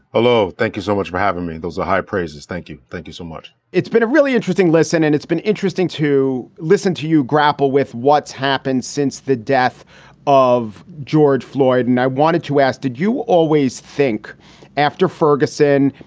hello thank you so much for having me. those are high praise. yes. thank you. thank you so much it's been a really interesting lesson and it's been interesting to listen to you grapple with what's happened since the death of george floyd. and i wanted to ask, did you always think after ferguson,